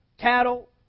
cattle